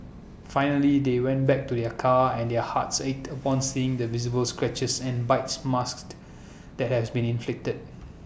finally they went back to their car and their hearts ached upon seeing the visible scratches and bites marks that has been inflicted